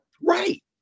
right